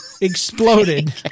exploded